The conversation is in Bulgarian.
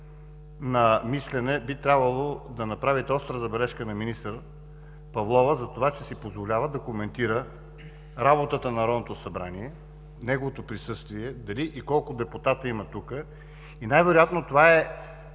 на мислене би трябвало да направите остра забележка на министър Павлова, че си позволява да коментира работата на Народното събрание, неговото присъствие, дали и колко депутати има тук. Най-вероятно това е